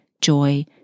joy